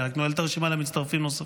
אני רק נועל את הרשימה למצטרפים נוספים.